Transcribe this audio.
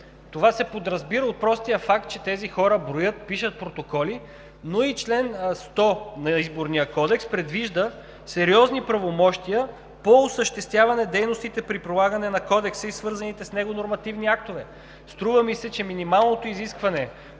Това се подразбира от простия факт, че тези хора броят, пишат протоколи, но и чл. 100 на Изборния кодекс предвижда сериозни правомощия по осъществяване дейностите при прилагане на Кодекса и свързаните с него нормативни актове. Струва ми се, че минималното изискване